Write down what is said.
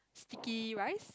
sticky rice